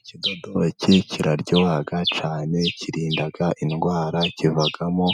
Ikidodoki kiraryoha cyane, kirinda indwara kivamo